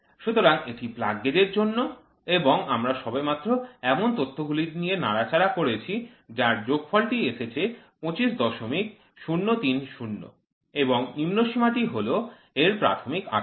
সুতরাং এটি plug gauge এর জন্য এবং আমরা সবেমাত্র এমন তথ্যগুলি নিয়ে নাড়াচাড়া করেছি যার যোগফলটি এসেছে ২৫০৩০ এবং নিম্নসীমা টি হল এর প্রাথমিক আকার